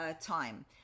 time